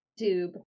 YouTube